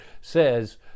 says